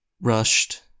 rushed